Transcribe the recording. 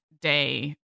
Day